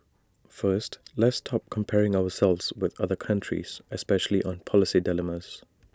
first let's stop comparing ourselves with other countries especially on policy dilemmas